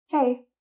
Hey